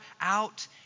out